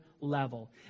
level